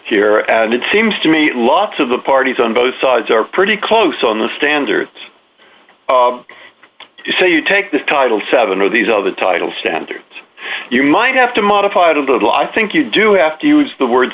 here and it seems to me a lot of the parties on both sides are pretty close on the standard so you take this title seven of these all the titles standards you might have to modify it a little i think you do have to use the word